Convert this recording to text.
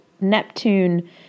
Neptune